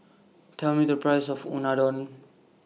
Tell Me The Price of Unadon